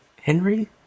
Henry